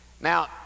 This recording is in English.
Now